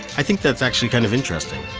i think that's actually kind of interesting.